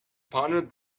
pondered